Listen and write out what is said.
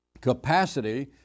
capacity